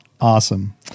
Awesome